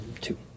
two